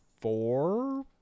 four